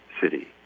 city